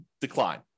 decline